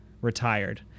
retired